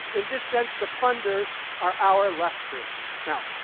in this sense, the funders are our lesters. now,